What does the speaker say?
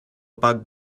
bug